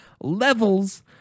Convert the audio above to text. levels